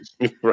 Right